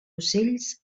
ocells